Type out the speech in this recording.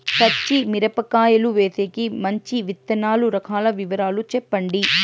పచ్చి మిరపకాయలు వేసేకి మంచి విత్తనాలు రకాల వివరాలు చెప్పండి?